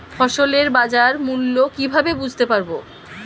ফসলের বাজার মূল্য কিভাবে বুঝতে পারব?